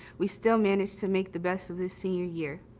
we still managed to make the best of the senior year.